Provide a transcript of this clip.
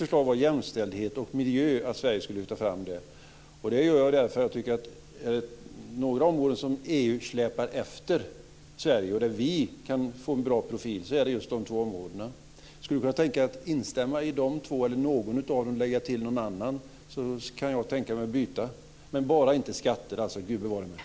Jag föreslår dessa områden eftersom jag tycker att EU släpar efter på dessa områden och att vi kan få en bra profil där. Skulle Anne-Katrine Dunker kunna tänka sig att instämma i dessa två förslag eller något av dem och kanske lägga till något annat? Då kan jag tänka mig att byta. Men, Gud bevare mig, föreslå bara inte skatteområdet.